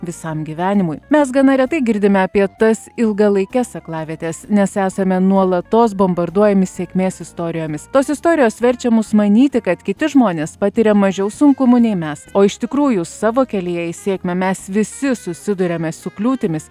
visam gyvenimui mes gana retai girdime apie tas ilgalaikes aklavietes nes esame nuolatos bombarduojami sėkmės istorijomis tos istorijos verčia mus manyti kad kiti žmonės patiria mažiau sunkumų nei mes o iš tikrųjų savo kelyje į sėkmę mes visi susiduriame su kliūtimis